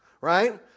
right